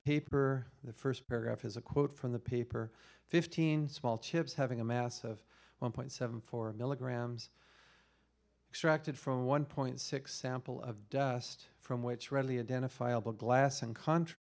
paper the first paragraph is a quote from the paper fifteen small chips having a mass of one point seven four milligrams extracted from one point six sample of dust from which readily identifiable glass and con